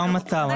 זהו לא המצב.